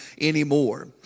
anymore